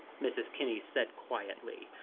mrs. kinney said quietly.